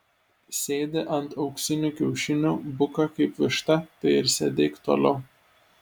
sėdi ant auksinių kiaušinių buka kaip višta tai ir sėdėk toliau